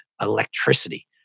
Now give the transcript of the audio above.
electricity